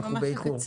אנחנו באיחור.